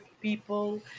people